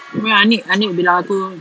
abeh aniq aniq bilang aku